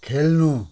खेल्नु